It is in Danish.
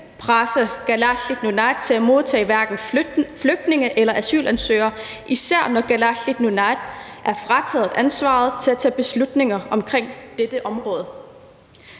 presse Kalaalit Nunaat til at modtage hverken flygtninge eller asylansøgere, især når Kalaalit Nunaat er frataget ansvaret for at tage beslutninger omkring dette område.